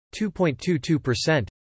2.22%